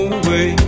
away